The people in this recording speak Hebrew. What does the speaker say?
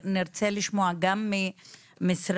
נרצה לשמוע גם מהמשרד